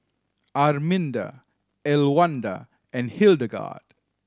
Arminda Elwanda and Hildegarde